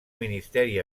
ministeri